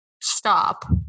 stop